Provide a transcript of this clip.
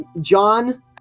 John